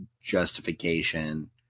justification